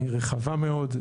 היא רחבה מאוד,